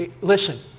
Listen